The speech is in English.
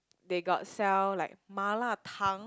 they got sell like 麻辣汤